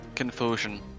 Confusion